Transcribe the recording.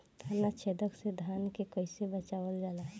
ताना छेदक से धान के कइसे बचावल जाला?